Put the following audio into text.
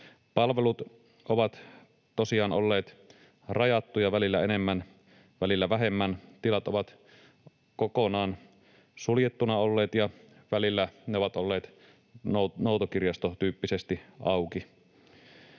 Palvelut ovat tosiaan olleet rajattuja, välillä enemmän, välillä vähemmän, tilat ovat olleet välillä kokonaan suljettuna, ja välillä ne ovat olleet noutokirjastotyyppisesti auki.